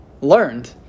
learned